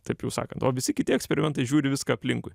taip jau sakant o visi kiti eksperimentai žiūri viską aplinkui